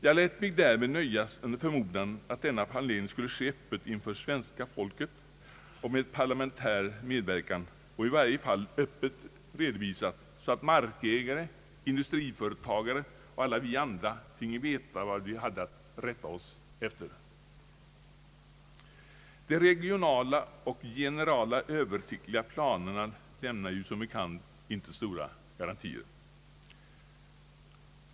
Jag lät mig därmed nöjas under förmodan att denna planering skulle ske öppet inför svenska folket och med parlamentarisk medverkan — i varje fall öppet redovisad så att markägare, industriföretagare och alla vi andra finge veta vad vi hade att rätta oss efter. De regionala och generala översiktliga planerna lämnar som bekant inte stora garantier.